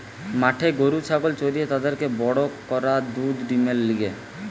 মাঠে গরু ছাগল চরিয়ে তাদেরকে বড় করা দুধ ডিমের লিগে